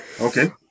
okay